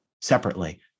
separately